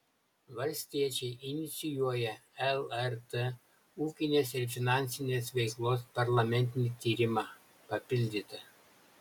valstiečiai inicijuoja lrt ūkinės ir finansinės veiklos parlamentinį tyrimą papildyta